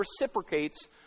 reciprocates